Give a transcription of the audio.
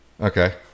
Okay